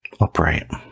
Upright